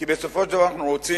כי בסופו של דבר אנחנו רוצים,